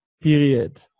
period